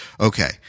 okay